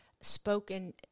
spoken